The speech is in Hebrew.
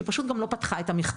היא פשוט גם לא פתחה את המכתבים.